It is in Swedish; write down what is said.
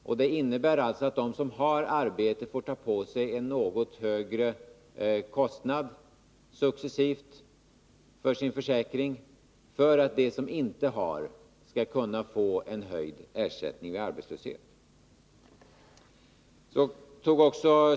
Förslaget innebär att de som har arbete får ta på sig en något högre kostnad för sin försäkring — successivt — för att de som inte har arbete skall få en höjd ersättning vid arbetslöshet.